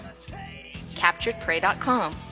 CapturedPrey.com